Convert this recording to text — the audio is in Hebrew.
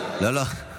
אינו נוכח